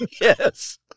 Yes